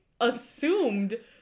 assumed